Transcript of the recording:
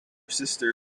sister